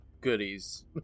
goodies